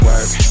Work